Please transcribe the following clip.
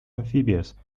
amphibians